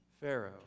Pharaoh